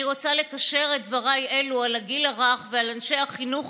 אני רוצה לקשר את דבריי אלו על הגיל הרך ועל אנשי החינוך